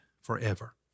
forever